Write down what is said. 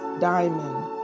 diamond